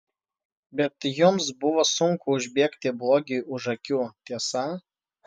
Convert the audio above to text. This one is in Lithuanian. bet jums buvo sunku užbėgti blogiui už akių tiesa